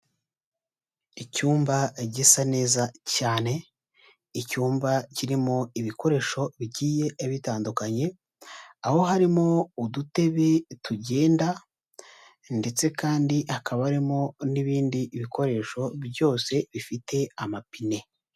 Icyumba gisa neza cyane, icyumba kirimo ibikoresho bigiye bitandukanye, aho harimo udutebe tugenda ndetse kandi hakaba harimo n'ibindi bikoresho byose bifite amapine.